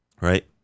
Right